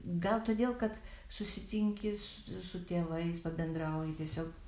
gal todėl kad susitinki su su tėvais pabendrauji tiesiog